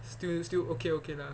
still still okay okay lah